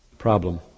problem